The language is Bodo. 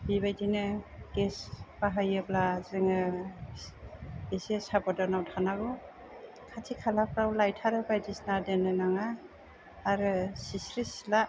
बेबायदिनो गेस बाहायोब्ला जोङो एसे साब'दानाव थानांगौ खाथि खालाफ्राव लाइतार बायदिसिना दोननो नाङा आरो सिस्रि सिला